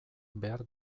behar